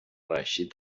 reeixit